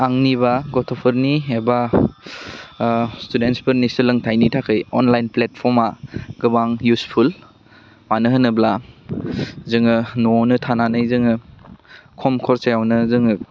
आंनिबा गथ'फोरनि एबा स्टुडेनसफोरनि सोलोंथाइनि थाखै अनलाइन प्लेटफर्मा गोबां इउसफुल मानो होनोब्ला जोङो न'वावनो थानानै जोङो खम खरसायावनो जोङो